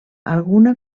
alguna